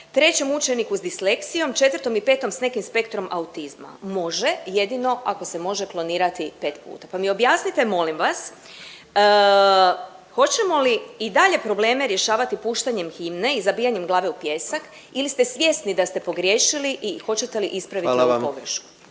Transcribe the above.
trećem učeniku s disleksijom, 4. i 5. s nekim spektrom autizma? Može, jedino ako se može klonirati 5 puta. Pa mi objasnite molim vas, hoćemo li i dalje probleme rješavati puštanjem himne i zabijanjem glave u pijesak ili ste svjesni da ste pogriješili i hoćete li ispraviti ovu pogrešku.